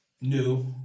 new